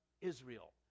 Israel